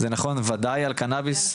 זה נכון וודאי על קנאביס,